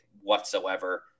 whatsoever